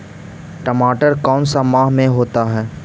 टमाटर कौन सा माह में होता है?